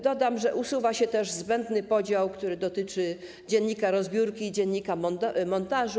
Dodam, że usuwa się też zbędny podział, który dotyczy dziennika rozbiórki i dziennika montażu.